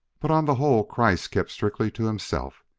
but on the whole, kreiss kept strictly to himself.